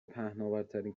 پهناورترین